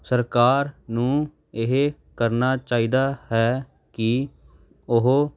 ਸਰਕਾਰ ਨੂੰ ਇਹ ਕਰਨਾ ਚਾਹੀਦਾ ਹੈ ਕਿ ਉਹ